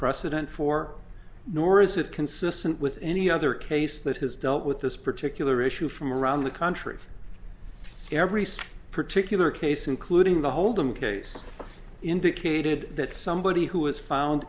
precedent for nor is it consistent with any other case that has dealt with this particular issue from around the country every particular case including the hold'em case indicated that somebody who was found